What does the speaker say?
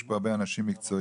יש פה הרבה אנשים מקצועיים,